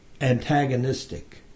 antagonistic